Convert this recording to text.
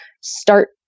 start